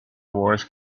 wars